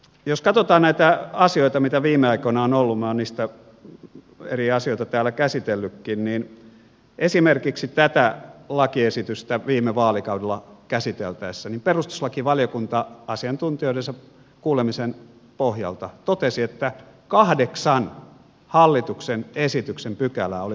jos katsotaan näitä asioita mitä viime aikoina on ollut minä olen niistä eri asioita täällä käsitellytkin niin esimerkiksi tätä lakiesitystä viime vaalikaudella käsiteltäessä perustuslakivaliokunta asiantuntijoidensa kuulemisen pohjalta totesi että kahdeksan hallituksen esityksen pykälää oli vastoin perustuslakia